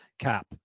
cap